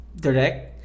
direct